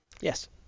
Yes